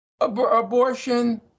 Abortion